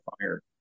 fire